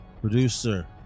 producer